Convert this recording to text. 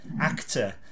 actor